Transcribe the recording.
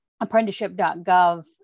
apprenticeship.gov